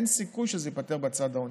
אין סיכוי שזה ייפתר בצד העונשי.